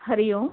Hari Om